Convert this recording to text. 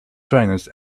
trainers